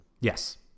Yes